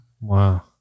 Wow